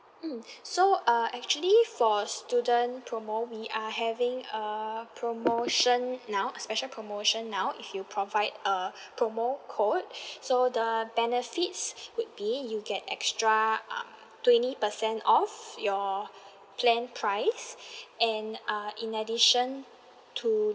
mm so uh actually for student promo we are having a promotion now a special promotion now if you provide a promo code so the benefits would be you get extra um twenty percent off your planned price and uh in addition to